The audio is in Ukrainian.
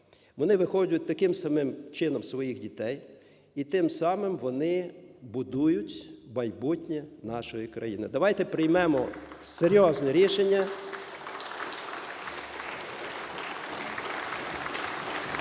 вони виховують таким самим чином своїх дітей, і тим самим вони будують майбутнє нашої країни. Давайте приймемо серйозне рішення.